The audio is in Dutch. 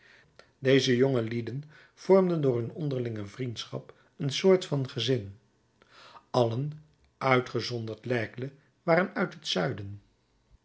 deze jongelieden vormden door hun onderlinge vriendschap een soort van gezin allen uitgezonderd laigle waren uit het zuiden